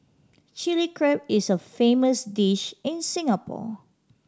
Chilli Crab is a famous dish in Singapore